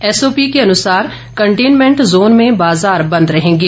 SOP के अनुसार containment zone में बाजार बंद रहेंगे